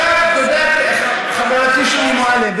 תודה לחברתי שולי מועלם,